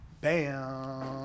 bam